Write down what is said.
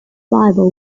bible